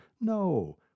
No